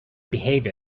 behave